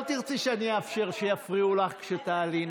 לא תרצי שאני אאפשר שיפריעו לך כשתעלי,